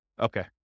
Okay